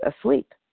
asleep